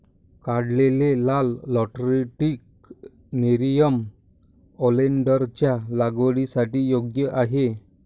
काढलेले लाल lateritic nerium ओलेन्डरच्या लागवडीसाठी योग्य आहे